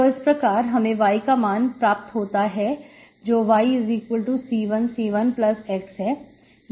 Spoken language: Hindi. तो इस प्रकार हमें y का मान प्राप्त होता है जो yC1C1x है